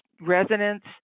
residents